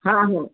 हा आहे